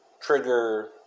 trigger